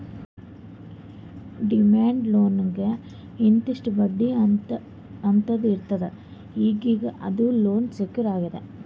demand ಲೋನ್ಗ್ ಇಂತಿಷ್ಟ್ ಬಡ್ಡಿ ಅಂತ್ನೂ ಇರ್ತದ್ ಈಗೀಗ ಇದು ಲೋನ್ ಸೆಕ್ಯೂರ್ ಆಗ್ಯಾದ್